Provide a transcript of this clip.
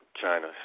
China